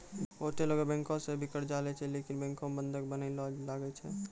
बहुते लोगै बैंको सं भी कर्जा लेय छै लेकिन बैंको मे बंधक बनया ले लागै छै